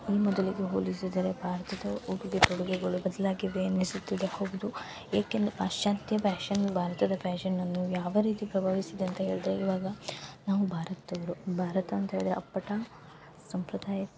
ಈ ಮೊದಲಿಗೆ ಹೋಲಿಸಿದರೆ ಭಾರತದ ಉಡುಗೆ ತೊಡುಗೆಗಳು ಬದ್ಲಾಗಿವೆ ಅನಿಸುತ್ತಿದೆ ಹೌದು ಏಕೆಂದು ಪಾಶ್ಚಾತ್ಯ ಪ್ಯಾಶನ್ ಭಾರತದ ಪ್ಯಾಶನನ್ನು ಯಾವ ರೀತಿ ಪ್ರಭಾವಿಸಿದೆ ಅಂತ ಹೇಳ್ದ್ರೆ ಇವಾಗ ನಾವು ಭಾರತದವರು ಭಾರತ ಅಂತ ಹೇಳ್ದ್ರೆ ಅಪ್ಪಟ ಸಂಪ್ರದಾಯ